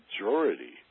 majority